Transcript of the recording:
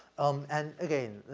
um, and again,